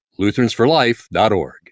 Lutheransforlife.org